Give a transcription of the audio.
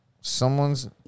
someone's